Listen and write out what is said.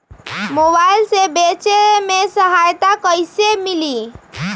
Mobile से बेचे में सहायता कईसे मिली?